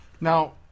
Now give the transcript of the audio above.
Now